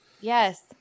Yes